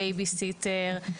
בייביסיטר,